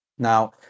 Now